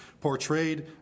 portrayed